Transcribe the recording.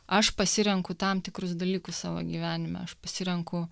aš pasirenku tam tikrus dalykus savo gyvenime aš pasirenku